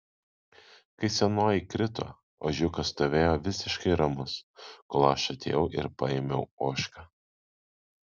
kai senoji krito ožiukas stovėjo visiškai ramus kol aš atėjau ir paėmiau ožką